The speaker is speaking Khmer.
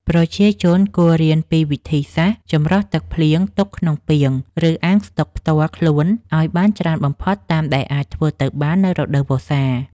ប្រជាជនគួររៀនពីវិធីសាស្ត្រចម្រោះទឹកភ្លៀងទុកក្នុងពាង ឬអាងស្តុកផ្ទាល់ខ្លួនឱ្យបានច្រើនបំផុតតាមដែលអាចធ្វើទៅបាននៅរដូវវស្សា។